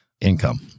income